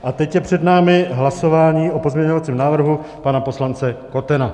A teď je před námi hlasování o pozměňovacím návrhu pana poslance Kotena.